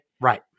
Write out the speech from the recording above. Right